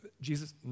Jesus